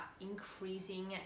increasing